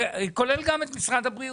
זה כולל גם את משרד הבריאות.